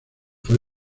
fue